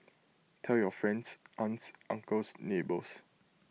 tell your friends aunts uncles neighbours